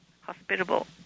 hospitable